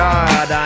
God